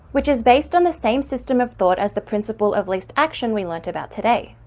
which is based on the same system of thought as the principle of least action we learnt about today.